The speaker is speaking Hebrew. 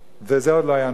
וזה עוד לא היה נורא,